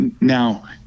Now